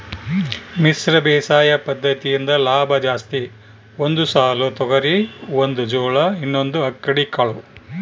ಮಿಶ್ರ ಬೇಸಾಯ ಪದ್ದತಿಯಿಂದ ಲಾಭ ಜಾಸ್ತಿ ಒಂದು ಸಾಲು ತೊಗರಿ ಒಂದು ಜೋಳ ಇನ್ನೊಂದು ಅಕ್ಕಡಿ ಕಾಳು